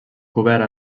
cobert